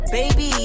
Baby